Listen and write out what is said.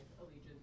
allegiance